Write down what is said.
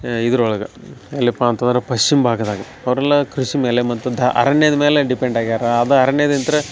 ಇದ್ರೊಳಗ ಎಲ್ಯಪ್ಪಾ ಅಂತಂದ್ರ ಪಶ್ಚಿಮ ಭಾಗದಾಗೆ ಅವರೆಲ್ಲ ಕೃಷಿ ಮೇಲೆ ಮತ್ತು ದಾ ಅರಣ್ಯದ ಮೇಲೆ ಡಿಪೆಂಡ್ ಆಗ್ಯಾರ ಅದ ಅರಣ್ಯದಿಂತ್ರ